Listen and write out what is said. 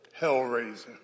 Hellraiser